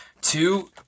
two